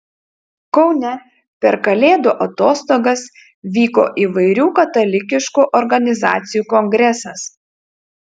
kaune per kalėdų atostogas vyko įvairių katalikiškų organizacijų kongresas